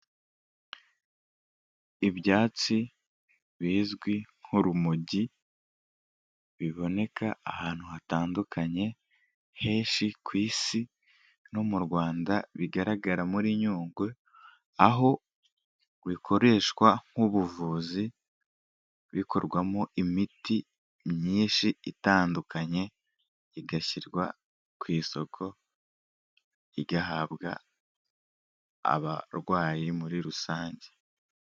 Ibyatsi bizwi nk'urumogi, biboneka ahantu hatandukanye henshi ku isi, no mu Rwanda bigaragara muri nyungwe, aho bikoreshwa nk'ubuvuzi bikorwamo imiti myinshi itandukanye, igashyirwa ku isoko, igahabwa abarwayi muri rusange.